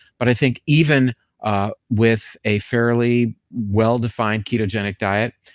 but i think even ah with a fairly well-defined ketogenic diet,